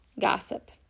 gossip